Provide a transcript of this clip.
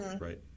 Right